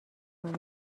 کنید